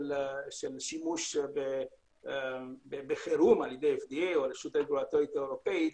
של שימוש בחירום על ידי ה-FDA או הרשות הרגולטורית האירופאית,